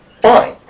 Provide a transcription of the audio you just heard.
Fine